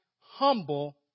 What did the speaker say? humble